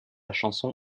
chanson